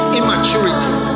immaturity